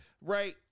Right